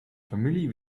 familie